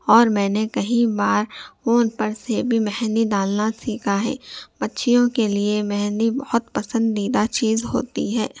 اور میں نے کہیں بار فون پر سے بھی مہندی ڈالنا سیکھا ہے بچیوں کے لیے مہندی بہت پسندیدہ چیز ہوتی ہے